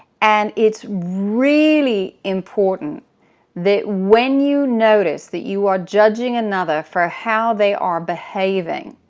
and it's really important that when you notice that you are judging another for how they are behaving,